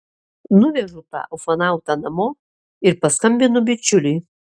nuvežu tą ufonautą namo ir paskambinu bičiuliui